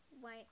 white